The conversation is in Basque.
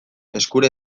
eskura